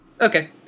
Okay